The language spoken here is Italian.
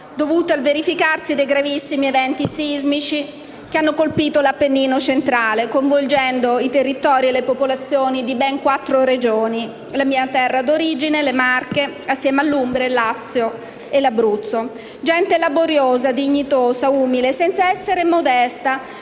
dovute al verificarsi dei gravissimi eventi sismici che hanno colpito l'Appennino centrale, coinvolgendo i territori e le popolazioni di ben quattro Regioni: la mia terra d'origine, le Marche, assieme all'Umbria, il Lazio e l'Abruzzo, e gente laboriosa, dignitosa, umile senza essere modesta,